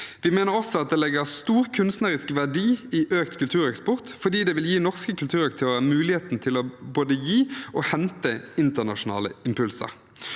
Vi mener også at det ligger stor kunstnerisk verdi i økt kultureksport, fordi det vil gi norske kulturaktører muligheten til både å gi og hente internasjonale impulser.